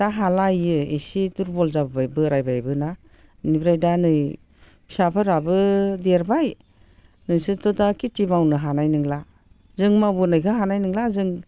दा हाला बियो एसे दुरबल जाबोबाय बोराइबायबोना बेनिफ्राय दा नै फिसाफोराबो देरबाय नोंसोरथ' दा खेथि मावनो हानाय नंला जों मावबोनायखौ हानाय नंला जों